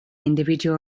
individual